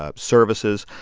ah services.